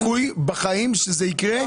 אין סיכוי בחיים שזה יקרה.